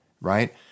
right